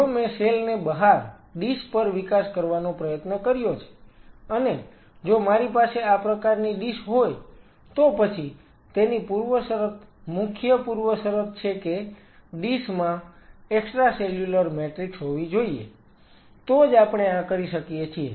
જો મેં સેલ ને બહાર ડીશ પર વિકાસ કરવાનો પ્રયત્ન કર્યો છે અને જો મારી પાસે આ પ્રકારની ડીશ હોય તો પછી તેની મુખ્ય પૂર્વશરત છે કે ડીશ માં એક્સ્ટ્રાસેલ્યુલર મેટ્રિક્સ હોવી જોઈએ તો જ આપણે આ કરી શકીએ છીએ